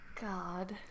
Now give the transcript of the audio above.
God